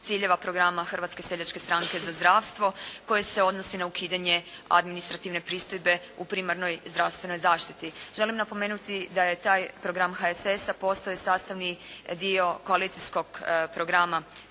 ciljeva programa Hrvatske seljačke stranke za zdravstvo koje se odnosi na ukidanje administrativne pristojbe u primarnoj zdravstvenoj zaštiti. Želim napomenuti da je taj program HSS-a postao sastavni dio koalicijskog programa za